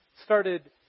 started